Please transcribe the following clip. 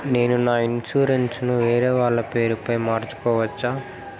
నేను నా ఇన్సూరెన్సు ను వేరేవాళ్ల పేరుపై మార్సుకోవచ్చా?